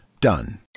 done